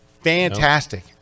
Fantastic